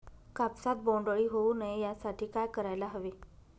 कापसात बोंडअळी होऊ नये यासाठी काय करायला हवे?